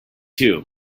two